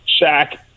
Shaq